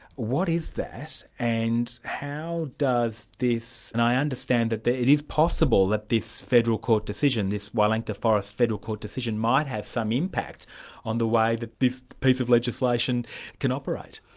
what is that, and how does this and i understand that it is possible that this federal court decision, this wielangta forest federal court decision, might have some impact on the way that this piece of legislation can operate.